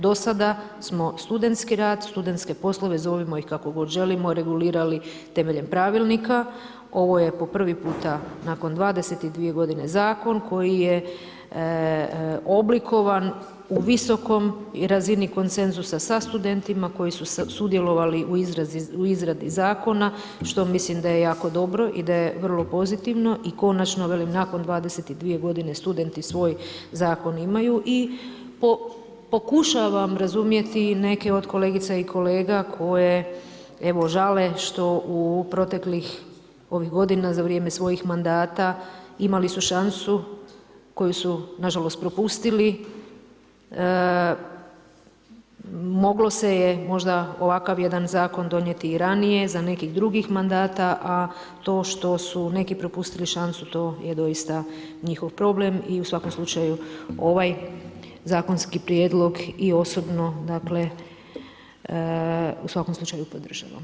Do sada smo studentski rad, studentske poslove, zovimo ih kako god želimo, regulirali temeljem pravilnika, ovo je po prvi puta nakon 22 g. zakon koji je oblikovan u visokom i razini konsenzusa sa studentima koji su sudjelovali u izradi zakona što mislim da je jako dobro i da je vrlo pozitivno i konačno velim, nakon 22 g. studenti svoj zakon imaju i pokušavam razumjeti neke od kolegica i kolega koje evo žale što u proteklih ovih godina za vrijeme svojih mandata, imali su šansu koju su nažalost propustili, moglo se je možda ovakav jedan zakon donijeti i ranije za nekih drugih mandata a to što su neki propustili šansu, to je doista njihov problem i u svakom slučaju, ovaj zakonski prijedlog i osobno u svakom slučaju podržavam.